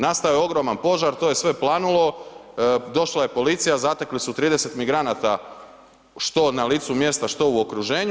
Nastao je ogroman požar, to je sve planulo, došla je policija, zatekli su 30 migranata što na licu mjesta, što u okruženju.